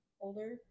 older